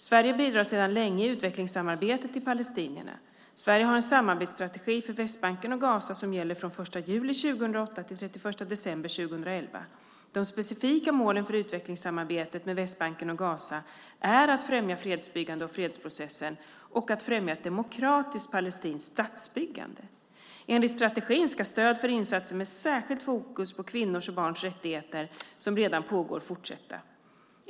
Sverige bidrar sedan länge i utvecklingssamarbetet till palestinierna. Sverige har en samarbetsstrategi för Västbanken och Gaza, som gäller från den 1 juli 2008 till den 31 december 2011. De specifika målen för utvecklingssamarbetet med Västbanken och Gaza är att främja fredsbyggande och fredsprocessen och att främja ett demokratiskt palestinskt statsbyggande. Enligt strategin ska stöd för insatser med särskilt fokus på kvinnors och barns rättigheter, som redan pågår, fortsätta.